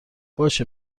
باشه